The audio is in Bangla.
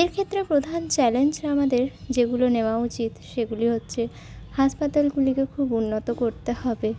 এর ক্ষেত্রে প্রধান চ্যালেঞ্জ আমাদের যেগুলো নেওয়া উচিত সেগুলি হচ্ছে হাসপাতালগুলিকে খুব উন্নত করতে হবে